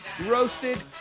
roasted